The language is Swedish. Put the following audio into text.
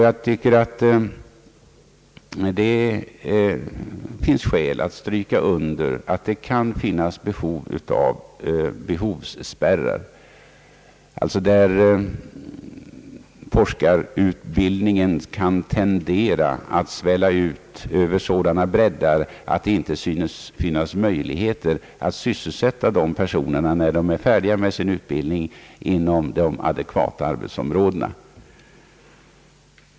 Jag tycker att man har skäl att stryka under att det kan vara nödvändigt med behovsspärrar, nämligen där forskarutbildningen tenderar att så svälla ut över sina bräddar att det inte synes bli möjligt att sysselsätta dessa människor inom de adekvata arbetsområdena när de är färdiga med sin utbildning.